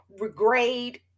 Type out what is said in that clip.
regrade